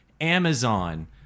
Amazon